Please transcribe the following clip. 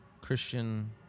Christian